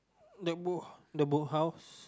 the boat the boathouse